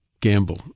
gamble